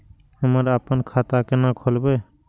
हम आपन खाता केना खोलेबे?